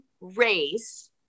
race